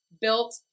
built